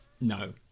No